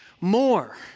more